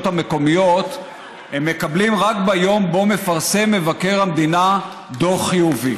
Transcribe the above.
המקומיות הן מקבלות רק ביום שבו מפרסם מבקר המדינה דוח חיובי.